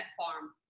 farm